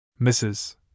Mrs